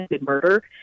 ...murder